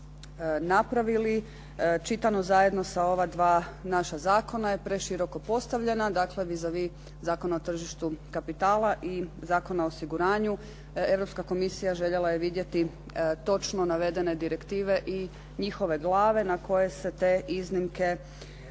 napravili čitano zajedno sa ova dva naša zakona je preširoko postavljena. Dakle vis a vis Zakona o tržištu kapitala i Zakona o osiguranju Europska komisija željela je vidjeti točno navedene direktive i njihove glave na koje se te iznimke